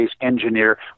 engineer